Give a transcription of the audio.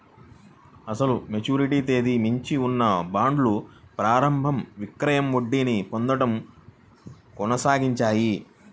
అసలు మెచ్యూరిటీ తేదీకి మించి ఉన్న బాండ్లు ప్రారంభ విక్రయం వడ్డీని పొందడం కొనసాగించాయి